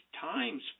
times